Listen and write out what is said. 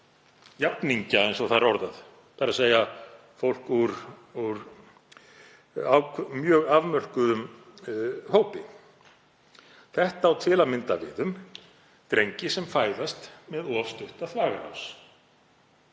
jafningja, eins og það er orðað, þ.e. fólk úr mjög afmörkuðum hópi. Það á til að mynda við um drengi sem fæðast með of stutta þvagrás,